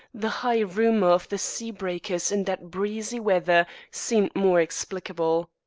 the high rumour of the sea-breakers in that breezy weather seemed more explicable.